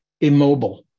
immobile